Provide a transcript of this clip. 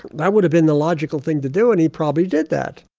that would have been the logical thing to do and he probably did that.